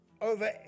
over